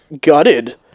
gutted